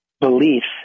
beliefs